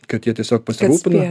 kad jie tiesiog pasirūpina